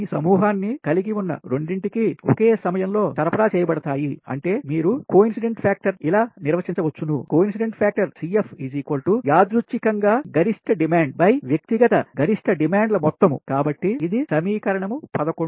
ఈ సమూహాన్ని కలిగి ఉన్నరెండింటికీ ఒకే సమయంలో సరఫరా చేయబడతాయి అంటే మీరు యాదృచ్ఛిక coincidence factor ఇలా నిర్వచించవచ్చు ను కోఇన్సిడెంట్సి ఫ్యాక్టర్ యాదృచ్చికంగా గరిష్ట డిమాండ్ వ్యక్తిగత గరిష్ట డిమాండ్ల మొత్తం కాబట్టి ఇది సమీకరణం 11